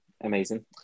amazing